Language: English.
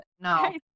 No